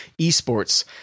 esports